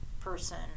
person